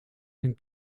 een